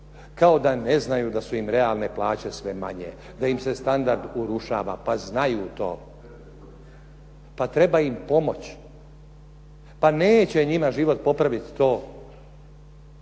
kao da ne znaju da su im realne plaće, da im se standard urušava. Pa znaju to. Pa treba im pomoć. Pa neće njima život popraviti to